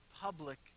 public